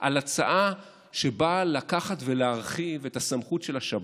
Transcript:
על הצעה שבאה לקחת ולהרחיב את הסמכות של השב"כ,